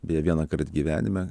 beje vienąkart gyvenime